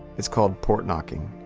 it's called port knocking.